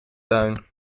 tuin